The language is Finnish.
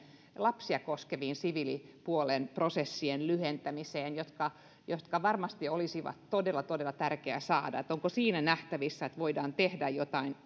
lapsia koskevien siviilipuolen prosessien lyhentämiseen joka varmasti olisi todella todella tärkeä saada onko siinä nähtävissä että voidaan tehdä jotain